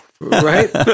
Right